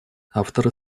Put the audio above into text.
авторы